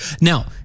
Now